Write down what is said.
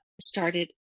started